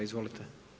Izvolite.